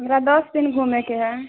हमरा दस दिन घूमयके हए